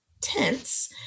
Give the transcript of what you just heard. tense